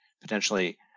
potentially